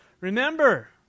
remember